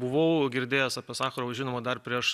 buvau girdėjęs apie sacharovą žinoma dar prieš